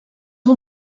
ont